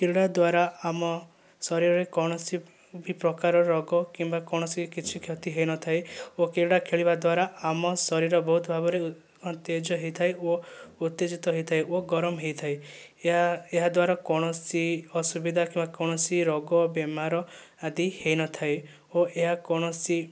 କ୍ରୀଡ଼ା ଦ୍ୱାରା ଆମ ଶରୀରରେ କୌଣସି ବି ପ୍ରକାର ରୋଗ କିମ୍ବା କୌଣସି କିଛି କ୍ଷତି ହୋଇନଥାଏ ଓ କ୍ରୀଡ଼ା ଖେଳିବା ଦ୍ୱାରା ଆମ ଶରୀର ବହୁତ ଭାବରେ ଉତେଜ ହୋଇଥାଏ ଓ ଉତ୍ତେଜିତ ହୋଇଥାଏ ଓ ଗରମ ହୋଇଥାଏ ଏହା ଏହାଦ୍ଵାରା କୌଣସି ଅସୁବିଧା କିମ୍ବା କୌଣସି ରୋଗ ବେମାର ଆଦି ହୋଇନଥାଏ ଓ ଏହା କୌଣସି